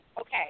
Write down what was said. okay